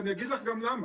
ואני אגיד לך גם למה.